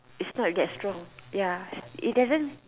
it's not that strong ya it doesn't